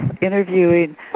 interviewing